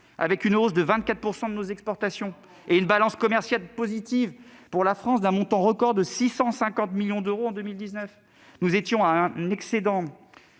avec une hausse de 24 % de nos exportations et une balance commerciale positive pour la France d'un montant record de 650 millions d'euros en 2019. En 2018, notre excédent